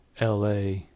LA